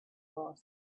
wars